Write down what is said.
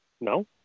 no